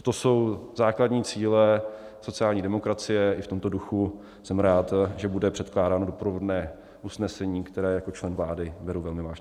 To jsou základní cíle sociální demokracie, i v tomto duchu jsem rád, že bude překládáno doprovodné usnesení, které jako člen vlády beru velmi vážně.